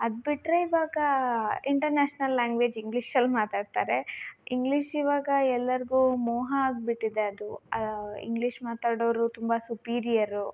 ಅದು ಬಿಟ್ಟರೆ ಇವಾಗ ಇಂಟರ್ನ್ಯಾಶ್ನಲ್ ಲ್ಯಾಂಗ್ವೇಜ್ ಇಂಗ್ಲಿಷಲ್ಲಿ ಮಾತಾಡ್ತಾರೆ ಇಂಗ್ಲಿಷ್ ಇವಾಗ ಎಲ್ಲರಿಗು ಮೋಹ ಆಗಿಬಿಟ್ಟಿದೆ ಅದು ಇಂಗ್ಲಿಷ್ ಮಾತಾಡೋರು ತುಂಬ ಸುಪೀರಿಯರು